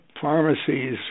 pharmacies